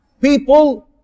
people